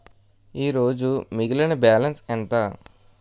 ఈరోజు మిగిలిన బ్యాలెన్స్ ఎంత?